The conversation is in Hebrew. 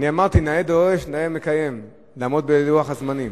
אמרתי: נאה דורש נאה מקיים, לעמוד בלוח הזמנים.